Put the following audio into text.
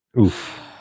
Oof